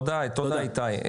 תודה איתי.